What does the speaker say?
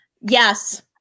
yes